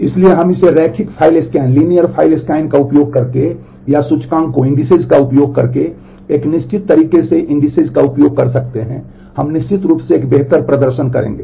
इसलिए हम इसे रैखिक फ़ाइल स्कैन का उपयोग करके कर सकते हैं हम निश्चित रूप से एक बेहतर प्रदर्शन करेंगे